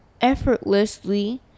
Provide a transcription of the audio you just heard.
effortlessly